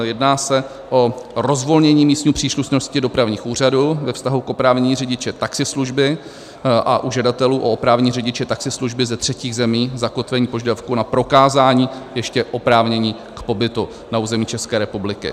Jedná se o rozvolnění místní příslušnosti dopravních úřadů ve vztahu k oprávnění řidiče taxislužby a u žadatelů o oprávnění řidiče taxislužby ze třetích zemí zakotvení požadavku na prokázání ještě oprávnění k pobytu na území České republiky.